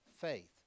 faith